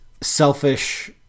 selfish